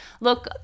look